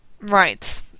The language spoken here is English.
Right